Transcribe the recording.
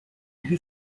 who